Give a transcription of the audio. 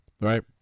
Right